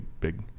big